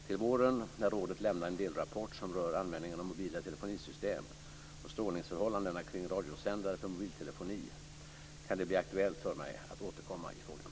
Till våren, när rådet lämnat en delrapport som rör användningen av mobila telefonisystem och strålningsförhållandena kring radiosändare för mobiltelefoni, kan det bli aktuellt för mig att återkomma i frågan.